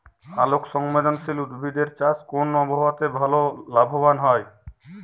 আলোক সংবেদশীল উদ্ভিদ এর চাষ কোন আবহাওয়াতে ভাল লাভবান হয়?